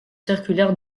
circulaire